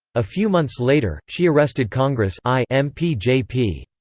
a few months later, she arrested congress i mp j p.